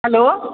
hello